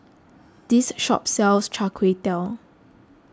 this shop Sells Char Kway Teow